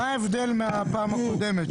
מה ההבדל מהפעם הקודמת,